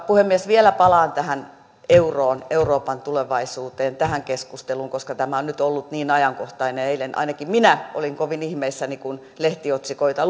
puhemies vielä palaan tähän euroon euroopan tulevaisuuteen tähän keskusteluun koska tämä on nyt ollut niin ajankohtainen eilen ainakin minä olin kovin ihmeissäni kun lehtiotsikoita